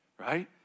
right